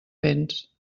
béns